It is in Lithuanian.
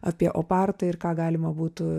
apie opartą ir ką galima būtų